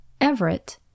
Everett